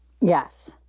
Yes